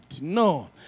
No